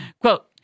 quote